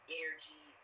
energy